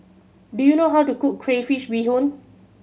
do you know how to cook crayfish beehoon